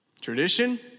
Tradition